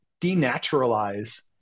denaturalize